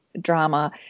drama